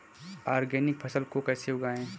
Organic फसल को कैसे उगाएँ?